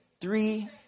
Three